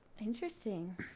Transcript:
Interesting